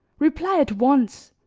reply at once.